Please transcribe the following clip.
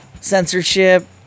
censorship